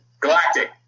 Galactic